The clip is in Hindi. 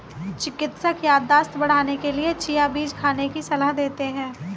चिकित्सक याददाश्त बढ़ाने के लिए चिया बीज खाने की सलाह देते हैं